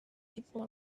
people